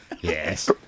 Yes